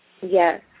Yes